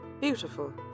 beautiful